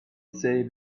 say